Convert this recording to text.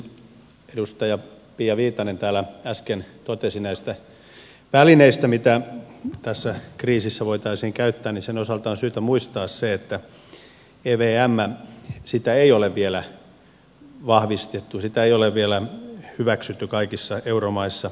kun edustaja pia viitanen täällä äsken totesi näistä välineistä mitä tässä kriisissä voitaisiin käyttää niin niiden osalta on syytä muistaa se että evmää ei ole vielä vahvistettu sitä ei ole vielä hyväksytty kaikissa euromaissa